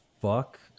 fuck